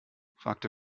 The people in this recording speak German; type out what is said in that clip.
fragte